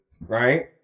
right